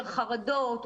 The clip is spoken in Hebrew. יותר חרדות,